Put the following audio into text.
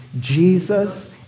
Jesus